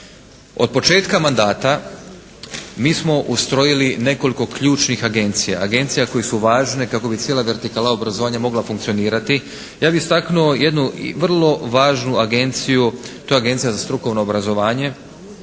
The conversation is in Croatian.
Od početka mandata mi smo ustrojili nekoliko ključnih agencija. Agencija koje su važne kako bi cijela vertikala obrazovanja mogla funkcionirati. Ja bih istaknuo jednu vrlo važnu agenciju. To je Agencija za strukovno obrazovanje.